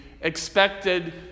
expected